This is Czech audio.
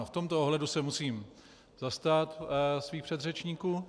V tomto ohledu se musím zastat svých předřečníků.